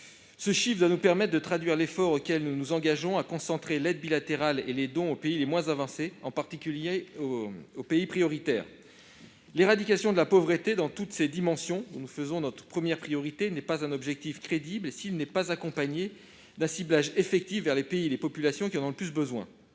Ce chiffre doit nous permettre de traduire l'effort auquel nous nous engageons de concentrer l'aide bilatérale et les dons aux pays les moins avancés, en particulier les pays prioritaires. L'éradication de la pauvreté dans toutes ses dimensions, dont nous faisons notre priorité, n'est pas un objectif crédible s'il n'est pas accompagné d'un ciblage effectif vers les pays et les populations qui en ont le plus besoin.